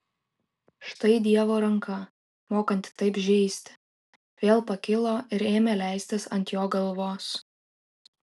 štai dievo ranka mokanti taip žeisti vėl pakilo ir ėmė leistis ant jo galvos